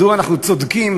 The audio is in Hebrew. מדוע אנחנו צודקים,